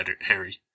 Harry